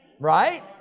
right